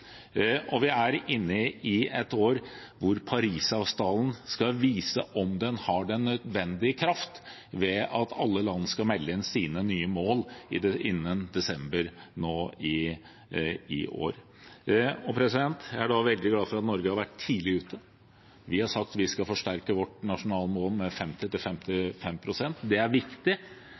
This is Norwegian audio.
Vi er inne i det året da Parisavtalen skal vise om den har den nødvendige kraften, ved at alle land skal melde inn sine nye mål innen desember i år. Jeg er da veldig glad for at Norge har vært tidlig ute. Vi har sagt at vi skal forsterke vårt nasjonale mål til 50–55 pst. Det er viktig